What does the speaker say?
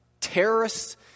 terrorists